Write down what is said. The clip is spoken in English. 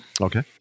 Okay